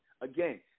Again